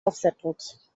offsetdrucks